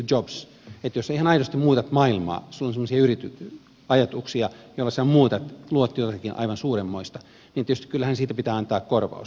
jos ihan aidosti muutat maailmaa sinulla on semmoisia ajatuksia joilla sinä sitä muutat luot jotakin aivan suurenmoista niin kyllähän siitä tietysti pitää antaa korvaus